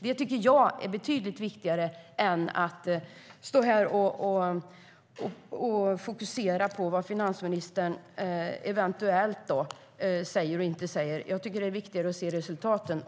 Det tycker jag är betydligt viktigare än att fokusera på vad finansministern eventuellt har sagt och inte sagt. Det är viktigare att se resultaten.